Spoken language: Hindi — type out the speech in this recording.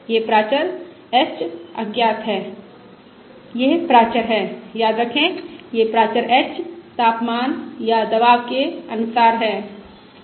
यह प्राचर h अज्ञात है यह प्राचर है याद करें यह प्राचर h तापमान या दबाव के अनुसार है